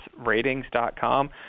ratings.com